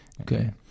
Okay